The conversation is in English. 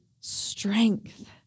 strength